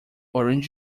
orange